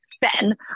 Ben